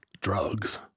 drugs